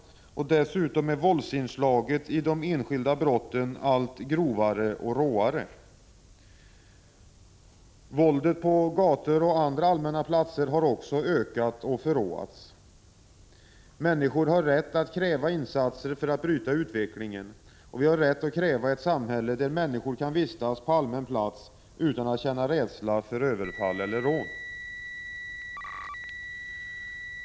Dessutom är våldsinslaget i de enskilda brotten allt grovare och råare. Våldet på gator och andra allmänna platser har också ökat och förråats. Människor har rätt att kräva insatser som kan bryta utvecklingen. Vi har rätt att kräva ett samhälle där människor kan vistas på allmän plats utan att känna rädsla för överfall eller rån.